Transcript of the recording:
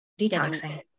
detoxing